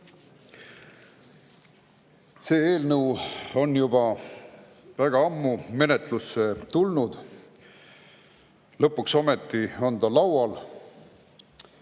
eelnõu on juba väga ammu menetlusse tulnud. Lõpuks ometi on ta laual.